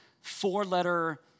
four-letter